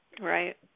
Right